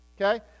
Okay